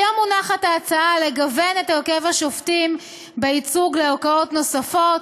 היום מונחת ההצעה לגוון את הרכב השופטים בייצוג בערכאות נוספות,